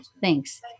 thanks